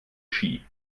ski